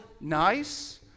nice